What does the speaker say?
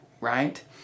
right